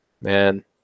man